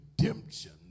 redemption